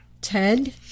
Ted